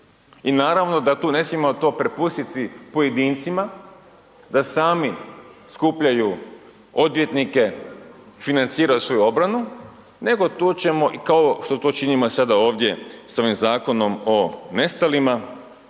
i naravno da tu ne smijemo to prepustiti pojedincima da sami skupljaju odvjetnike, financiraju svoju obranu, nego tu ćemo i kao što to činimo sada ovdje sa ovim Zakonom o nestalima,